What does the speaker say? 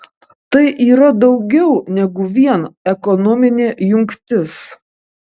tai yra daugiau negu vien ekonominė jungtis